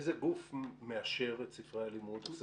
איזה גוף מאשר את ספרי הלימוד?